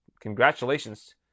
Congratulations